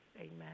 Amen